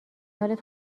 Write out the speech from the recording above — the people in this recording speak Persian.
حالت